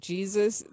Jesus